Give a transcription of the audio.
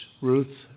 Ruth